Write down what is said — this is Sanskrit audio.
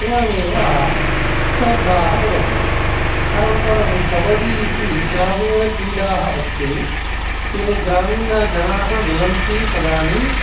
एवमेव स्पर्धाः भवति अनन्तरं कबडि इति ग्रामीणक्रीडाः अस्ति ये ग्रामीण जनाः मिलन्ति तदानीं